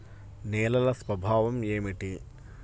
నేలల స్వభావం ఏమిటీ?